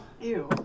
Ew